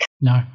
no